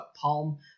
Palm